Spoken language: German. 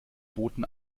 boten